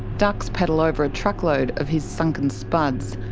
ducks paddle over a truckload of his sunken spuds.